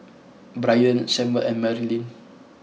Bryant Samual and Marylin